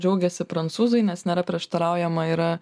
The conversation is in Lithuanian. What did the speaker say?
džiaugiasi prancūzai nes nėra prieštaraujama yra